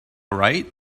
right